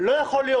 לא יכול להיות.